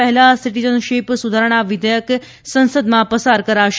પહેલા સીટીઝનશીપ સુધારણા વિધેયક સંસદમાં પસાર કરાશે